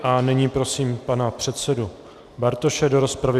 A nyní prosím pana předsedu Bartoše do rozpravy.